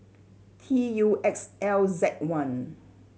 T U X L Z one